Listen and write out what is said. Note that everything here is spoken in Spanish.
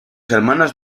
hermanos